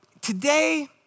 today